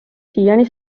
siiani